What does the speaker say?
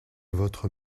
votre